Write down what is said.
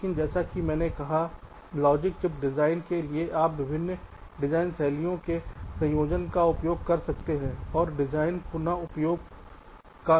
लेकिन जैसा कि मैंने कहा लॉजिक चिप डिज़ाइन के लिए आप विभिन्न डिज़ाइन शैलियों के संयोजन का उपयोग कर सकते हैं और डिज़ाइन पुन उपयोग का भी उपयोग कर सकते हैं